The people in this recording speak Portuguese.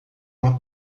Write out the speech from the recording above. uma